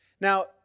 Now